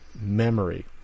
memory